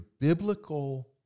biblical